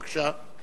בבקשה.